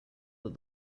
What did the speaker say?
that